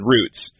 Roots